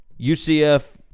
UCF